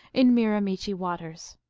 in miramichi waters.